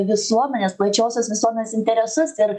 visuomenės plačiosios visuomenės interesus ir